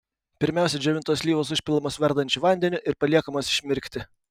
pirmiausia džiovintos slyvos užpilamos verdančiu vandeniu ir paliekamos išmirkti